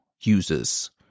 users